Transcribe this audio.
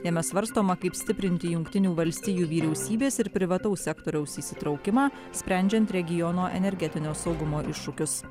jame svarstoma kaip stiprinti jungtinių valstijų vyriausybės ir privataus sektoriaus įsitraukimą sprendžiant regiono energetinio saugumo iššūkius